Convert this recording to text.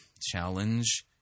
challenge